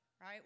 right